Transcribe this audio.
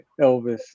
Elvis